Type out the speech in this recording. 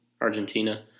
Argentina